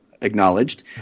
acknowledged